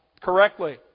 correctly